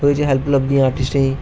ओहदे च हेल्फ लभदी आर्टिस्टें गी